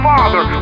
Father